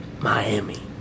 Miami